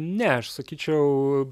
ne aš sakyčiau